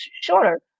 shorter